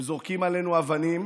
הם זורקים עלינו אבנים